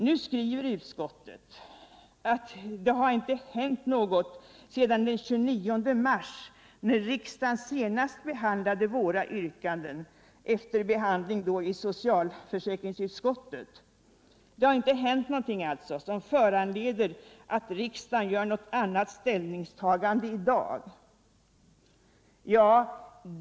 Nu skriver utskottet att det sedan den 29 mars, när riksdagen senast behandlade våra yrkanden - efter behandling i socialförsäkringsutskottet — inte har hänt något som föranleder riksdagen att göra något annat ställningstagande i dag.